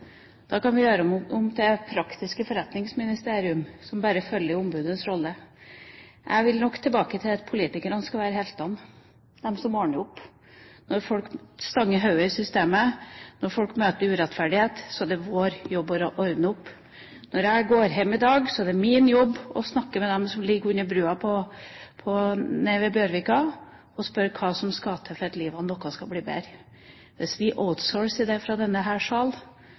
Da kan vi heller være et praktisk forretningsministerium som bare følger ombudets rolle. Jeg vil nok tilbake til at politikerne skal være heltene, de som ordner opp. Når folk stanger hodet i systemet, når folk møter urettferdighet, er det vår jobb å ordne opp. Når jeg går hjem i dag, er det min jobb å snakke med dem som ligger under brua nede ved Bjørvika, og spørre om hva som skal til for at livet deres skal bli bedre. Hvis vi outsourcer det fra denne sal,